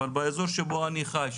אבל באזור שבו אני חי,